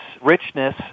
richness